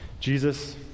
Jesus